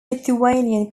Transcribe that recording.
lithuanian